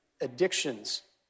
addictions